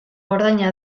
ordaina